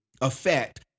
effect